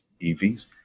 EVs